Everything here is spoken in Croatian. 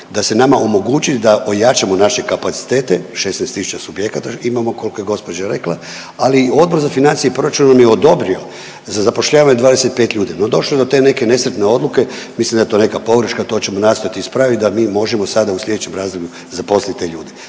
da se nama omogući da ojačamo naše kapacitete 16.000 subjekata imamo koliko je gospođa rekla, ali Odbor za financije i proračun nam je odobrio za zapošljavanje 25 ljudi. No došlo je do te neke nesretne odluke, mislim da je to neka pogreška, to ćemo nastojat ispraviti da mi možemo sada u sljedećem razdoblju zaposlit te ljude,